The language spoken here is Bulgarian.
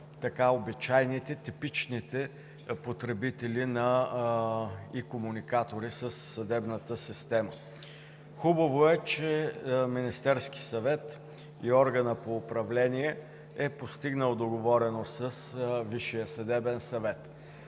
и обичайните, типичните потребители и комуникатори със съдебната система. Хубаво е, че Министерският съвет – органът по управление, е постигнал договореност с Висшия съдебен съвет.